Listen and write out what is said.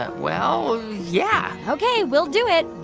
ah well, yeah ok. we'll do it.